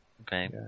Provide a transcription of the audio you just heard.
Okay